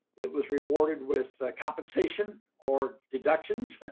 it was rewarded with compensation or deductions.